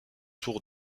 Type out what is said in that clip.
tour